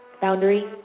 Boundary